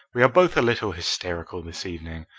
we are both a little hysterical this evening.